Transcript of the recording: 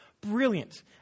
Brilliant